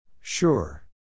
Sure